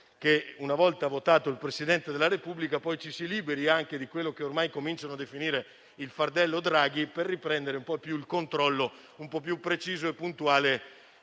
una volta votato il Presidente della Repubblica, ci si liberi anche di quello che ormai cominciano a definire "il fardello Draghi", per riprendere un controllo un po' più preciso e puntuale